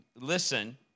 listen